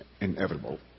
inevitable